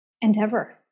endeavor